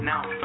Now